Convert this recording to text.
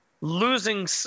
losing